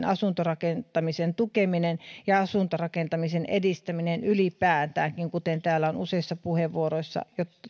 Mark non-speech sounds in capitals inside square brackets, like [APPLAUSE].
[UNINTELLIGIBLE] asuntorakentamisen tukeminen ja asuntorakentamisen edistäminen ylipäätään kuten täällä on useissa puheenvuoroissa